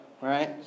right